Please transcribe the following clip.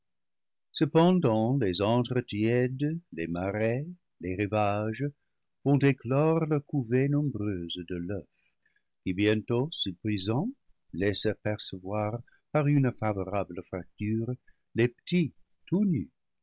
cependant les antres tièdes les marais les rivages font éclore leur couvée nombreuse de l'oeuf qui bientôt se brisant laisse apercevoir par une favorable fracture les petits tout nus